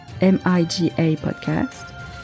M-I-G-A-Podcast